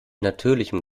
natürlichem